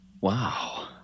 Wow